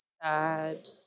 Sad